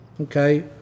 Okay